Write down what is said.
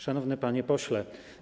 Szanowny Panie Pośle!